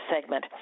segment